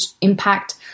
impact